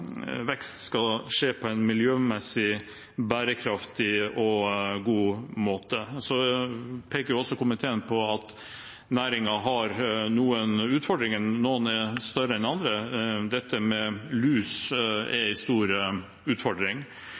vekst skal skje på en miljømessig bærekraftig og god måte. Komiteen peker også på at næringen har noen utfordringer, noen større enn andre. Dette med lus er en stor utfordring,